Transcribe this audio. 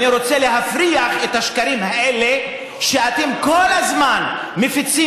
אני רוצה להפריך את השקרים האלה שאתם כל הזמן מפיצים